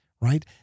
right